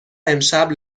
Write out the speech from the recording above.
امشب